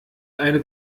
eine